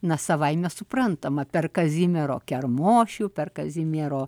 na savaime suprantama per kazimiero kermošių per kazimiero